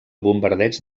bombardeig